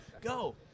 go